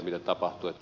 mitä tapahtuu